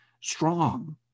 strong